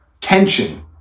tension